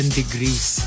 degrees